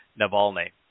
navalny